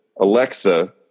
Alexa